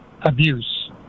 abuse